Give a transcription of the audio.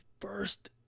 first